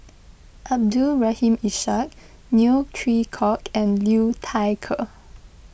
Abdul Rahim Ishak Neo Chwee Kok and Liu Thai Ker